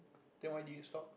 then why did you stop